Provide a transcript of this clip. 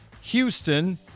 Houston